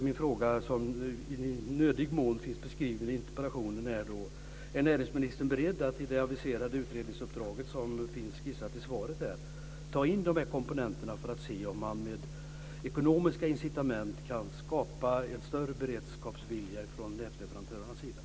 Min fråga, som i nödig mån finns beskriven i interpellationen, är: Är näringsministern beredd att i det aviserade utredningsuppdraget, som finns skissat i svaret, ta in de här komponenterna för att se om man med ekonomiska incitament kan skapa en större beredskapsvilja från nätleverantörernas sida?